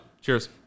cheers